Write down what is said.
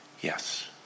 Yes